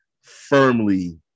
firmly